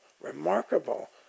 remarkable